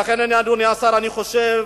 לכן, אדוני השר, אני חושב